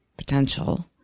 potential